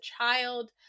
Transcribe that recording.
child